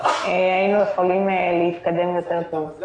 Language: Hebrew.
היינו יכולים להתקדם טוב יותר.